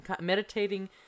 meditating